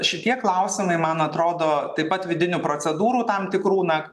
šitie klausimai man atrodo taip pat vidinių procedūrų tam tikrų na